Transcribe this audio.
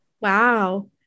Wow